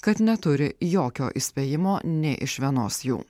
kad neturi jokio įspėjimo nei iš vienos jų